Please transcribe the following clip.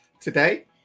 today